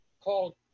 called